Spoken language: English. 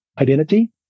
identity